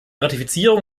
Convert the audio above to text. ratifizierung